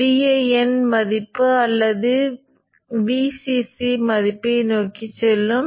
எனவே இது உங்கள் சுவிட்ச் மின்னோட்டமாக இருக்கும்